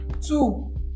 two